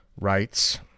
rights